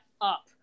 up